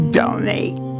donate